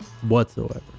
whatsoever